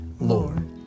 Lord